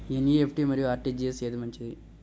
NEFT మరియు RTGS ఏది మంచిది?